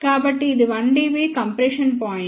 కాబట్టి ఇది 1 dB compression point